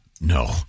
No